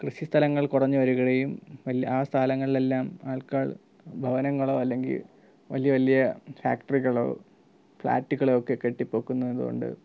കൃഷിസ്ഥലങ്ങൾ കുറഞ്ഞുവരികയും ആ സ്ഥലങ്ങളിലെല്ലാം ആൾക്കാർ ഭവനങ്ങളോ അല്ലെങ്കില് വലിയ വലിയ ഫാക്ടറികളോ ഫ്ളാറ്റുകളോ ഒക്കെ കെട്ടിപ്പൊക്കുന്നതുകൊണ്ട്